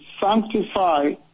sanctify